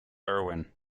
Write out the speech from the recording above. irwin